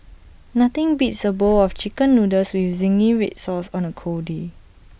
nothing beats A bowl of Chicken Noodles with Zingy Red Sauce on A cold day